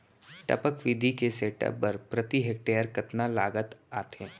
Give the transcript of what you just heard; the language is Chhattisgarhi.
टपक विधि के सेटअप बर प्रति हेक्टेयर कतना लागत आथे?